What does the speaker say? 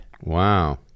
wow